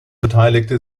beteiligte